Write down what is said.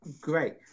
great